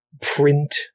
print